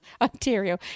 Ontario